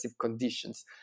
conditions